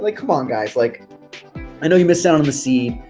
like come on guys, like i know you miss out on the seed,